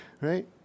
right